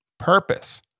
Purpose